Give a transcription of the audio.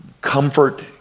comfort